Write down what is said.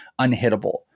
unhittable